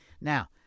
Now